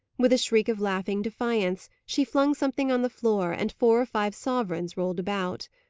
with a shriek of laughing defiance, she flung something on the floor, and four or five sovereigns rolled about.